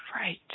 Right